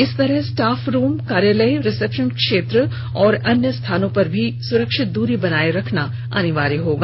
इसी तरह staff room कार्यालय रिसेप्शन क्षेत्र और अन्य स्थानों पर भी सुरक्षित दूरी बनाए रखना अनिवार्य होगा